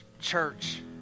church